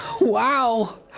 Wow